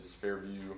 Fairview